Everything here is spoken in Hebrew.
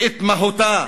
ואת מהותה,